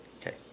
Okay